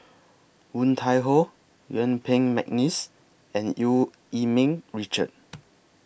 Woon Tai Ho Yuen Peng Mcneice and EU Yee Ming Richard